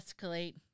escalate